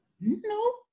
No